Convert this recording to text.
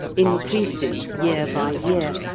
increases year by year,